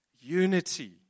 Unity